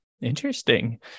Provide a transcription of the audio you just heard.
Interesting